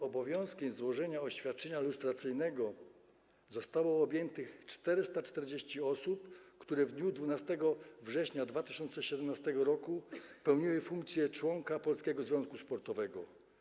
Obowiązkiem złożenia oświadczenia lustracyjnego zostało objętych 440 osób, które w dniu 12 września 2017 r. pełniły funkcję członka polskiego związku sportowego.